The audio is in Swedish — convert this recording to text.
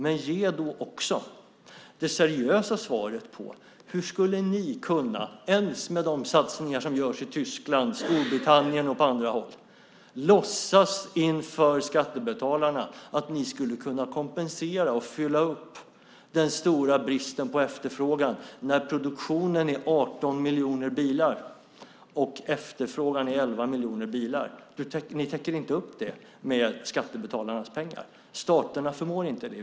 Men ge då också det seriösa svaret på hur ni skulle kunna, ens med de satsningar som görs i Tyskland, Storbritannien och på andra håll, låtsas inför skattebetalarna att ni skulle kunna kompensera och fylla upp den stora bristen på efterfrågan, när produktionen är 18 miljoner bilar och efterfrågan är 11 miljoner bilar! Ni täcker inte upp det med skattebetalarnas pengar. Staterna förmår inte det.